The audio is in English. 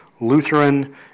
Lutheran